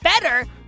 better